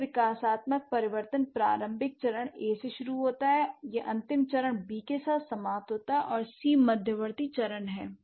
यह विकासात्मक परिवर्तन प्रारंभिक चरण ए से शुरू होता है यह अंतिम चरण B के साथ समाप्त होता है और C मध्यवर्ती चरण है